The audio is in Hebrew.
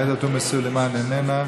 עאידה תומא סלימאן, איננה,